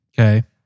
Okay